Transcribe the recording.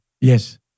Yes